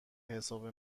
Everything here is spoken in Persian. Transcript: حساب